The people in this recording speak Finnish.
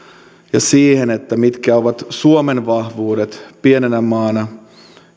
ja siihen mitkä ovat suomen vahvuudet pienenä maana